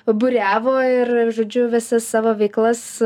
paburiavo ir žodžiu visas savo veiklas